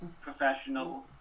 professional